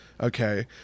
okay